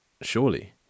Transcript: surely